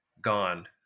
gone